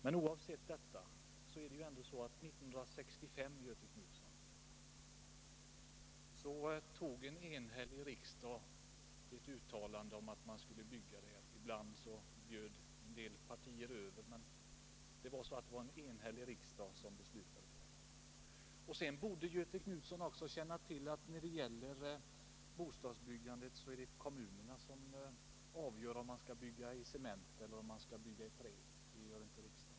Men det är ändå så, Göthe Knutson, att en enig riksdag 1965 antog ett uttalande om hur mycket man skulle bygga. Ibland bjöd visserligen en del partier över, men det var en enig riksdag som antog detta uttalande. Sedan borde Göthe Knutson känna till att det är kommunerna som avgör om man skall bygga i betong eller i trä.